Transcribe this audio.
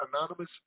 anonymous